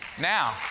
now